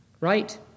Right